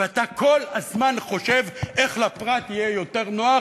ואתה כל הזמן חושב איך לפרט יהיה יותר נוח